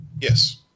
Yes